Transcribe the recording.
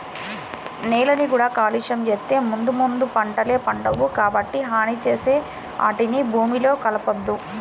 నేలని కూడా కాలుష్యం చేత్తే ముందు ముందు పంటలే పండవు, కాబట్టి హాని చేసే ఆటిని భూమిలో కలపొద్దు